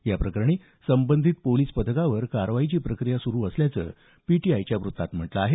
या प्रकरणी संबंधित पोलिस पथकावर कारवाईची प्रक्रिया सुरू असल्याचं पीटीआयच्या वृत्तात म्हटलं आहे